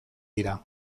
dira